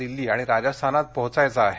दिल्ली आणि राजस्थानात पोहोचायचा आहे